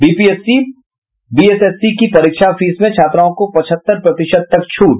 BPSC BSSC की परीक्षा fees में छात्राओं को पचहत्तर प्रतिशत तक छूट